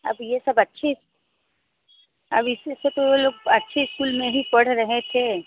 आप ये सब अच्छी अब इससे अच्छी तो वो लोग अच्छी स्कूल में ही पढ़ रहें थे